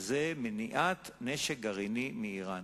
וזה מניעת נשק גרעיני מאירן.